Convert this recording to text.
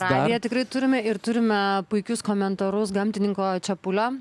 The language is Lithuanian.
radiją tikrai turime ir turime puikius komentarus gamtininko čepulio